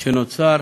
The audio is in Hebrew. שנוצר